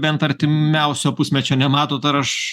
bent artimiausio pusmečio nematot ar aš